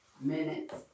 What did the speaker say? minutes